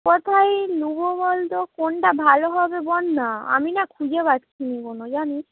কোথায় নেবো বলতো কোনটা ভালো হবে বল না আমি না খুঁজে পাচ্ছি নি কোনো জানিস